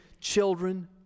children